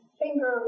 finger